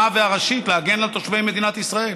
והראשית: להגן על תושבי מדינת ישראל,